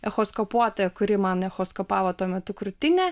echoskopuotoja kuri man echoskopavo tuo metu krūtinę